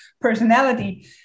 personality